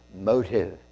motive